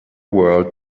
world